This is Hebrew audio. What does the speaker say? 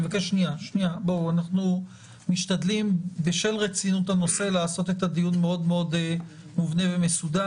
אנחנו משתדלים בשל רצינות הנושא לעשות את הדיון מאוד מאוד מובנה ומסודר.